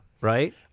right